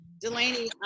Delaney